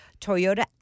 Toyota